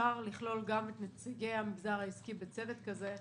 אפשר לכלול גם את נציגי המגזר העסקי בצוות כזה?